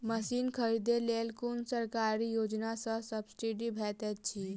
Machine खरीदे लेल कुन सरकारी योजना सऽ सब्सिडी भेटैत अछि?